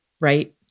right